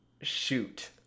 shoot